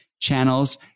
channels